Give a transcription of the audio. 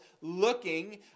looking